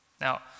Now